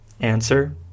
Answer